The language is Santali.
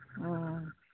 ᱚᱻ